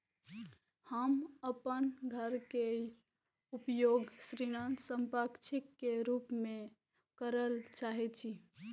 हम अपन घर के उपयोग ऋण संपार्श्विक के रूप में करल चाहि छी